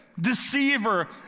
deceiver